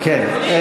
כן.